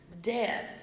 death